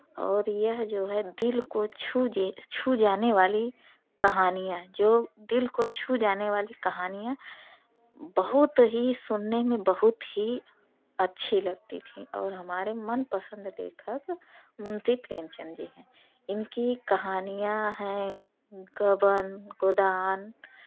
और यह जो है दिल को छू जी छू जाने वाली कहानियाँ जो दिल को छू जाने वाली कहानियाँ बहुत ही सुनने में बहुत ही अच्छी लगती थीं और हमारे मनपसंद लेखक मुंशी प्रेमचंद जी हैं इनकी कहानियाँ हैं गबन गोदान